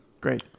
Great